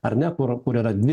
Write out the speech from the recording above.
ar ne kur kur yra dvi